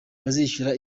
bazishyura